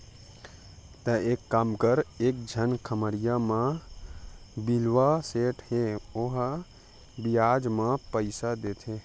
तेंहा एक काम कर एक झन खम्हरिया म बिलवा सेठ हे ओहा बियाज म पइसा देथे